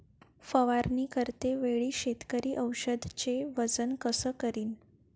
फवारणी करते वेळी शेतकरी औषधचे वजन कस करीन?